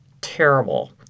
terrible